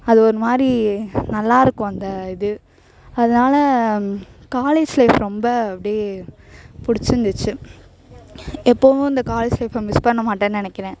அது ஒருமாதிரி நல்லா இருக்கும் அந்த இது அதனால காலேஜ் லைஃப் ரொம்ப அப்படியே பிடிச்சிருந்துச்சி எப்பவும் இந்த காலேஜ் லைஃப்பை மிஸ் பண்ணமாட்டேன் நெனைக்கிறேன்